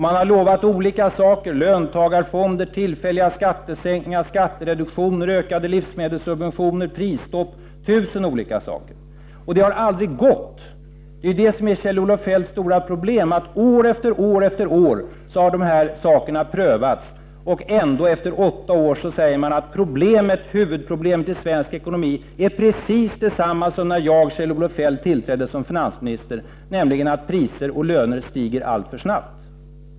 Man har lovat olika saker: löntagarfonder, tillfälliga skattesänkningar, skattereduktioner, ökade livsmedelssubventioner och prisstopp — tusen olika saker. Men det har aldrig gått. Kjell-Olof Feldts stora problem är att dessa saker har prövats år efter år, och efter åtta år säger han ändå att huvudproblemet i svensk ekonomi är precis detsamma som när han tillträdde som finansminister, nämligen att priser och löner stiger alltför snabbt.